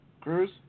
Cruz